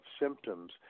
symptoms